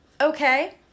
okay